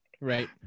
Right